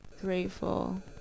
grateful